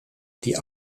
die